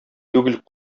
түгел